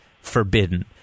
forbidden